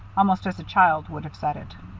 almost as a child would have said it.